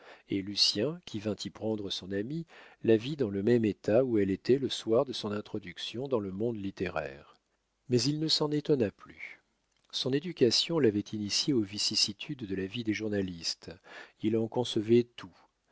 et lucien qui vint y prendre son ami la vit dans le même état où elle était le soir de son introduction dans le monde littéraire mais il ne s'en étonna plus son éducation l'avait initié aux vicissitudes de la vie des journalistes il en concevait tout